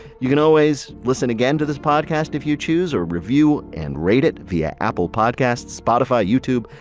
you can always listen again to this podcast if you choose or review and rate it via apple podcasts, spotify, youtube,